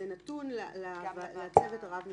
נתון לצוות הרב מקצועי.